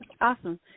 Awesome